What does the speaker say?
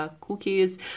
cookies